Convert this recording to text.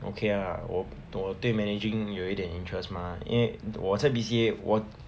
okay ah 我我对 managing 有一点 interest mah 因为我在 B_C_A 我